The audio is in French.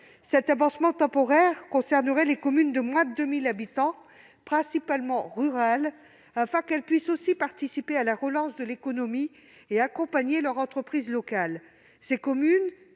de 20 %. Cette mesure concernerait les communes de moins de 2 000 habitants, principalement rurales, afin que celles-ci puissent participer à la relance de l'économie et accompagner les entreprises locales. Ces communes,